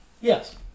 Yes